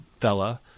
fella